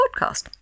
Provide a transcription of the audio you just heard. podcast